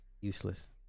Useless